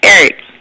Eric